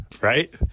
Right